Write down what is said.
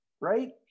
right